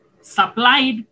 supplied